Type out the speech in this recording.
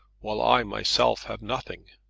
while i myself have nothing?